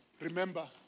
Remember